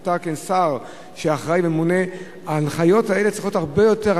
אתה כשר שאחראי וממונה: ההנחיות האלה צריכות הרבה יותר,